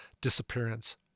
disappearance